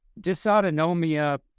dysautonomia